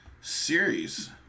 series